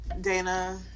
Dana